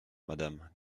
madame